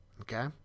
Okay